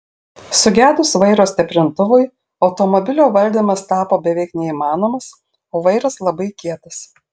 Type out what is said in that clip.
sugedus vairo stiprintuvui automobilio valdymas tapo beveik neįmanomas o vairas labai kietas